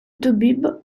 toubib